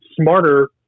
smarter